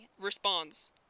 Responds